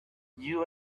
you